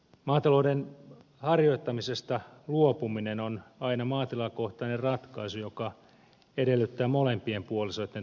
maatalouden harjoittamisesta luopuminen on aina maatilakohtainen ratkaisu joka edellyttää molempien puolisoiden toimeentulon turvaamista